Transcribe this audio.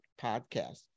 podcast